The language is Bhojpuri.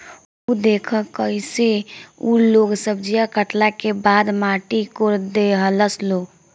उ देखऽ कइसे उ लोग सब्जीया काटला के बाद माटी कोड़ देहलस लो